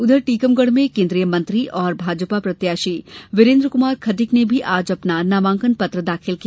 उधर टीकमगढ़ में केन्द्रीय मंत्री और भाजपा प्रत्याशी वीरेन्द्र कुमार खटीक ने भी आज अपना नामांकन दाखिल किया